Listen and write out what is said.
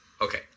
Okay